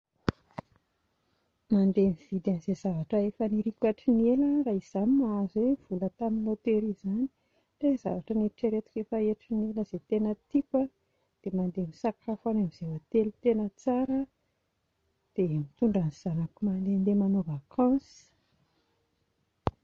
Mandeha mividy an'izay zavatra efa niriako hatry ny ela aho raha izaho no mahazo hoe vola tamin'ny loteria izany, ohatra hoe zavatra noeritreretiko efa hatry ny ela izay tena tiako a, dia mandeha misakafo any amin'izay hotely tena tsara dia mitondra ny zanako mandehandeha manao vacance